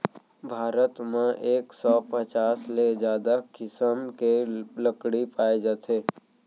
भारत म एक सौ पचास ले जादा किसम के लकड़ी पाए जाथे